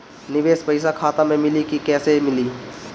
निवेश पइसा खाता में मिली कि कैश मिली?